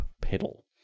pedal